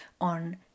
on